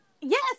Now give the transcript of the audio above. yes